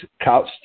couch